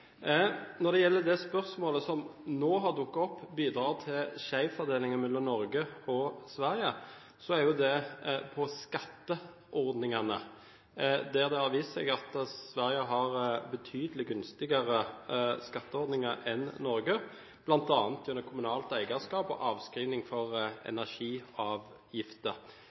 Når det gjelder det spørsmålet som nå har dukket opp, skjevfordeling mellom Norge og Sverige, går det på skatteordningene, der det har vist seg at Sverige har betydelig gunstigere skatteordninger enn Norge, bl.a. gjennom kommunalt eierskap og muligheten for